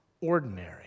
ordinary